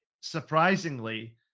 surprisingly